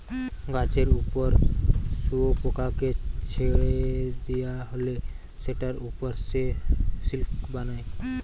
গাছের উপর শুয়োপোকাকে ছেড়ে দিয়া হলে সেটার উপর সে সিল্ক বানায়